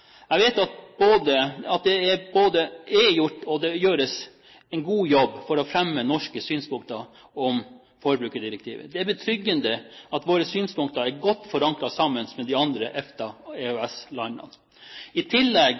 Jeg vet at det både er gjort og gjøres en god jobb for å fremme norske synspunkter på forbrukerrettighetsdirektivet. Det er betryggende at våre synspunkter er godt forankret hos de andre EFTA/EØS-landene. I tillegg